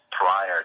Prior